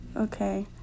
Okay